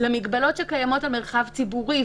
למגבלות שקיימות למרחב ציבורי,